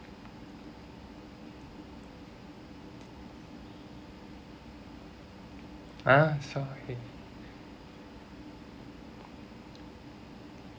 ah it's okay